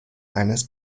eines